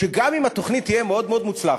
שגם אם התוכנית תהיה מאוד מוצלחת,